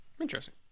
interesting